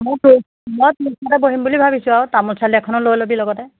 মই তোৰ ওচৰতে বহিম বুলি ভাবিছোঁ আও তামোল চালি এখনো লৈ ল'বি লগতে